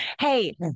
Hey